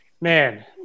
Man